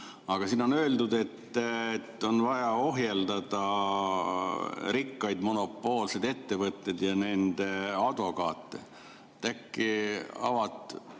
Aga siin on öeldud, et on vaja ohjeldada rikkaid monopoolseid ettevõtteid ja nende advokaate. Äkki te